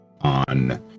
on